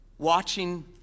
watching